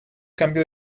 cambio